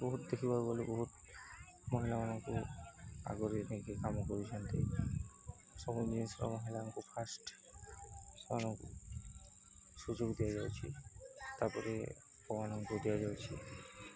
ବହୁତ ଦେଖିବାକୁ ଗଲେ ବହୁତ ମହିଳାମାନଙ୍କୁ ଆଗରେ ନେଇକି କାମ କରୁଛନ୍ତି ସବୁ ଜିନିଷରେ ମହିଳାଙ୍କୁ ଫାଷ୍ଟ ସେମାନଙ୍କୁ ସୁଯୋଗ ଦିଆଯାଉଛି ତାପରେ ଦିଆଯାଉଛି